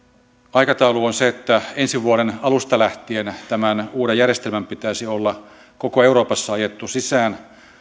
aikataulu on se että ensi vuoden alusta lähtien tämän uuden järjestelmän pitäisi olla koko euroopassa ajettu sisään